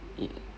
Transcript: it